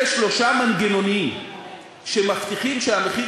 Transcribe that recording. אלה שלושה מנגנונים שמבטיחים שהמחיר